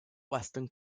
western